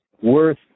worth